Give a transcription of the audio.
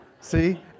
See